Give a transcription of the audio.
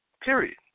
period